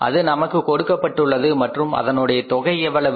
அது நமக்கு கொடுக்கப்பட்டுள்ளது மற்றும் அதனுடைய தொகை எவ்வளவு